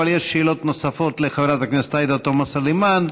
אבל יש שאלות נוספות לחברת הכנסת עאידה תומא סלימאן,